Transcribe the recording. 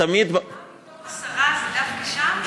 השרה, פגישה?